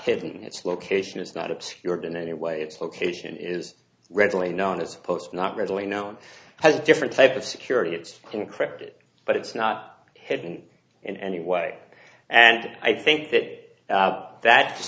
hidden its location is not obscured in any way its location is readily known as post not readily known has a different type of security it's encrypted but it's not hidden in any way and i think that that